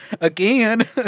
Again